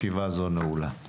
ישיבה זו נעולה.